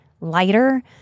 lighter